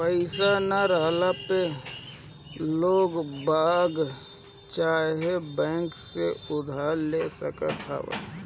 पईसा ना रहला पअ लोगबाग चाहे बैंक से उधार ले सकत हवअ